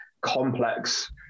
complex